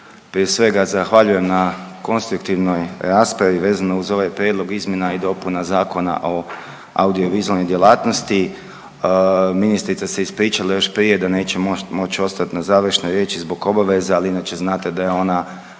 prije svega zahvaljujem na konstruktivnog raspravi vezano uz ovaj Prijedlog izmjena i dopuna Zakona o audio vizualnoj djelatnosti. Ministrica se ispričala još prije da neće moći ostat na završnoj riječi zbog obaveza, a ali inače znate da je ona